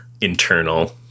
internal